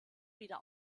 wieder